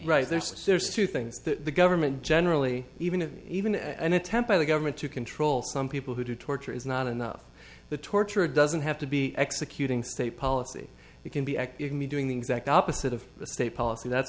right there so there's two things that the government generally even if even an attempt by the government to control some people who do torture is not enough the torture doesn't have to be executing state policy it can be act you can be doing the exact opposite of the state policy that's